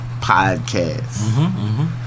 Podcast